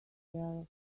their